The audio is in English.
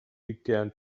began